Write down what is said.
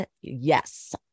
yes